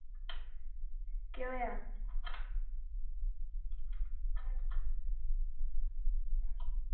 केह् होया